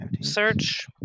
search